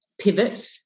pivot